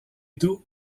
tout